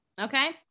okay